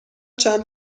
چند